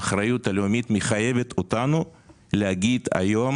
האחריות הלאומית מחייבת אותנו להגיד היום